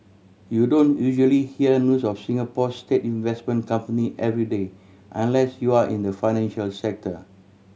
you don't usually hear news of Singapore's state investment company every day unless you're in the financial sector